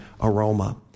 aroma